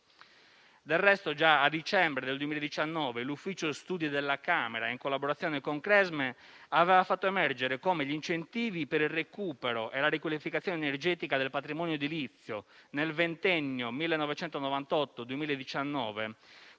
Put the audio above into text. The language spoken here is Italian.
Del resto, già a dicembre del 2019 l'ufficio studi della Camera, in collaborazione con Cresme, aveva fatto emergere come gli incentivi per il recupero e la riqualificazione energetica del patrimonio edilizio nel ventennio 1998-2019,